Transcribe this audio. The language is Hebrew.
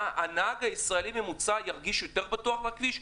הנהג הישראלי הממוצע ירגיש יותר בטוח בכביש?